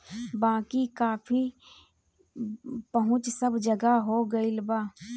बाकी कॉफ़ी पहुंच सब जगह हो गईल बा